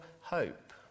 hope